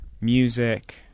music